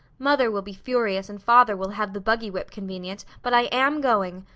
mother will be furious and father will have the buggy whip convenient but i am going!